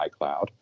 iCloud